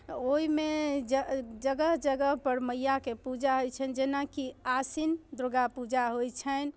ओहिमे जग् जगह जगहपर मैयाके पूजा होइ छैन्ह जेनाकि आश्विन दुर्गा पूजा होइ छनि